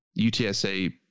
UTSA